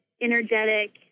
energetic